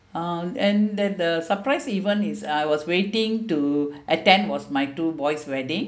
uh and that the surprise even is I was waiting to attend was my two boys wedding